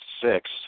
six